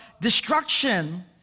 destruction